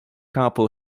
campo